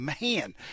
man